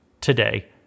today